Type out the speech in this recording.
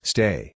Stay